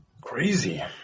Crazy